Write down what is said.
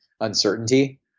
uncertainty